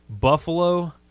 Buffalo